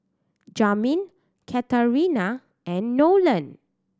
Jamin Katharina and Nolen